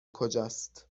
کجاست